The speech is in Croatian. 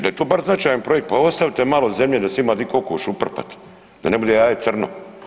Da je to bar značajan projekt, pa ostavite malo zemlje da se ima di kokoš uprpat, da ne bude jaje crno.